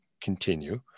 continue